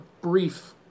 brief